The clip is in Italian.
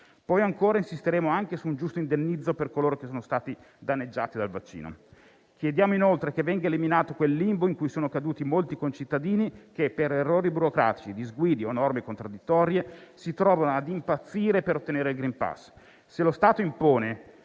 Ancora, insisteremo anche su un giusto indennizzo per coloro che sono stati danneggiati dal vaccino. Chiediamo inoltre che venga eliminato quel limbo in cui sono caduti molti concittadini che, per errori burocratici, disguidi o norme contraddittorie, si trovano ad impazzire per ottenere il *green pass.* Se lo Stato impone